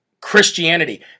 Christianity